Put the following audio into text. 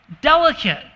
delicate